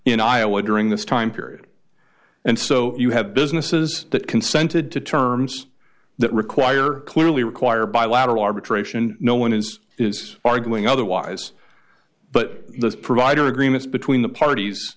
in iowa during this time period and so you have businesses that consented to terms that require clearly require bilateral arbitration no one is is arguing otherwise but the provider agreements between the parties